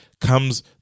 Comes